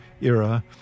era